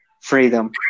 freedom